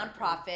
nonprofit